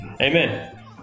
Amen